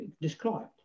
described